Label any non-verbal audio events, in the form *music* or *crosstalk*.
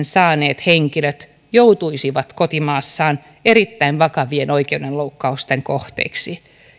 *unintelligible* saaneet henkilöt joutuisivat kotimaassaan erittäin vakavien oikeudenloukkausten kohteiksi